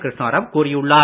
கிருஷ்ணா ராவ் கூறியுள்ளார்